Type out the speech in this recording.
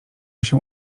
się